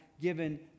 given